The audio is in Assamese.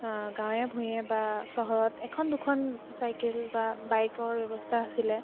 গাঁৱে ভূঞে বা চহৰত এখন দুখন চাইকেল বা বাইকৰ ব্যৱস্থা আছিলে